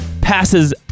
passes